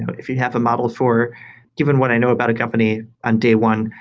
if you have a model for given what i know about a company on day one,